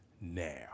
now